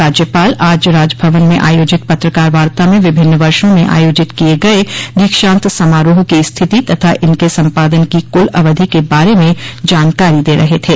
राज्यपाल आज राजभवन में आयोजित पत्रकार वार्ता में विभिन्न वर्षो में आयोजित किये गये दीक्षान्त समारोह की स्थिति तथा इनके सम्पादन की कुल अवधि के बारे में जानकारी दे रहे थे